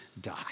die